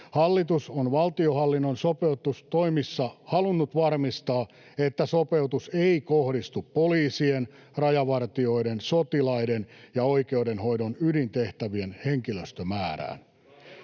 Hallitus on valtionhallinnon sopeutustoimissa halunnut varmistaa, että sopeutus ei kohdistu poliisien, rajavartijoiden, sotilaiden tai oikeudenhoidon ydintehtävien henkilöstömäärään.